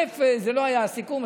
זה לא היה הסיכום.